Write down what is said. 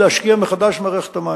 להשקיע מחדש במערכת המים,